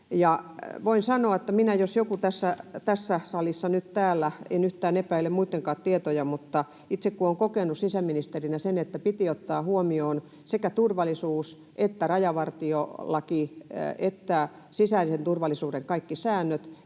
Voin sanoa, että minä jos joku tässä salissa nyt täällä... En yhtään epäile muittenkaan tietoja, mutta itse kun olen kokenut sisäministerinä sen, että piti ottaa huomioon sekä turvallisuus että rajavartiolaki ja sisäisen turvallisuuden kaikki säännöt